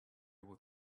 able